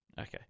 Okay